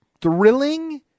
thrilling